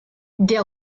der